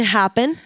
happen